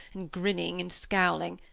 and grinning and scowling.